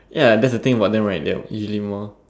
ya that's the thing about them right they are easily more